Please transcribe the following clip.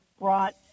brought